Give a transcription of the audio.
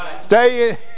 Stay